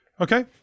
Okay